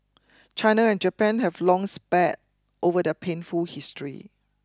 China and Japan have long spared over their painful history